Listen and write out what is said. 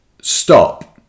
stop